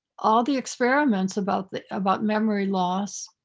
all the experiments about the, about memory loss,